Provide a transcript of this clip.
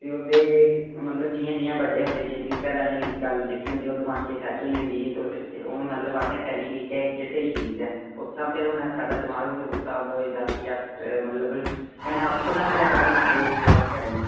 भी ओह्दे मतलब जि'य़ां जि'यां बड्डे होंदे गे भी घरै आह्लें दी गल्ल जेह्की होंदी ओह् दमाकै च सैट्ट होई जंदी कि तु'स हून मतलब अ'सें करनी गै इक इ'यै स्हेई चीज ऐ उस स्हाबै दा हून साढ़ा दमाग बी उस स्हाब दा होई गेआ कि मतलब कन्नै अपना बी है हा के देश सेवा करनी